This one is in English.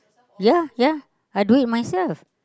ya ya I do it myself